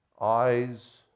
eyes